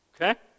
Okay